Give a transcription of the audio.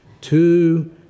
two